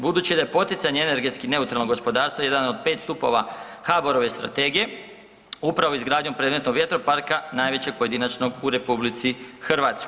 Budući da je poticanje energetski neutralnog gospodarstva jedan od 5 stupova HABOR-ove strategije upravo izgradnjom predmetnom vjetroparka najvećeg pojedinačnog u RH.